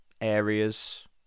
areas